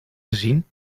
gezien